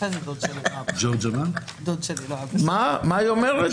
מה היא אומרת?